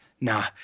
Nah